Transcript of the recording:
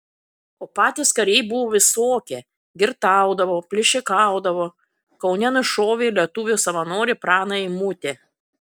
o patys kariai buvo visokie girtaudavo plėšikaudavo kaune nušovė lietuvių savanorį praną eimutį